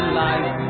life